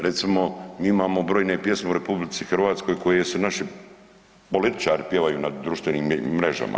Recimo mi imamo brojne pjesme u RH koje naši političari pjevaju na društvenim mrežama.